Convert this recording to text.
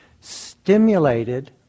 stimulated